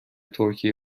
ترکیه